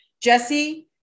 Jesse